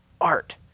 art